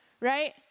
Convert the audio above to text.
right